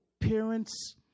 parents